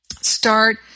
start